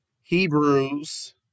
Hebrews